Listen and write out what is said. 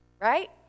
right